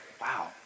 wow